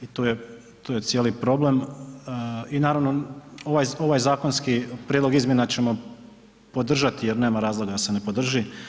I tu je cijeli problem i naravno ovaj zakonski prijedlog izmjena ćemo podržati jer nema razloga da se ne podrži.